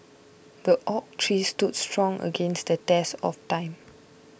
the oak tree stood strong against the test of time